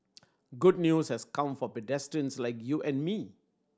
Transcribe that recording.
good news has come for pedestrians like you and me